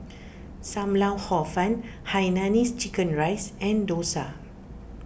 Sam Lau Hor Fun Hainanese Chicken Rice and Dosa